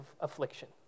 affliction